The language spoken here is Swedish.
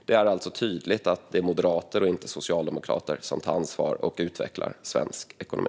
Det är alltså tydligt att det är moderater och inte socialdemokrater som tar ansvar och utvecklar svensk ekonomi.